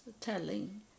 telling